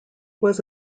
was